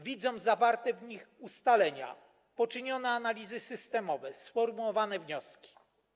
Widzą zawarte w nich ustalenia, poczynione analizy systemowe, sformułowane wnioski.